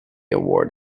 award